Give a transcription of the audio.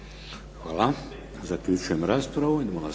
Hvala. Zaključujem raspravu.